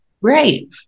Right